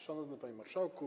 Szanowny Panie Marszałku!